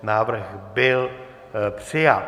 Návrh byl přijat.